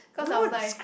cause I was like